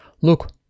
look